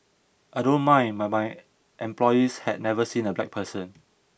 I don't mind but my employees have never seen a black person